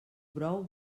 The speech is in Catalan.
brou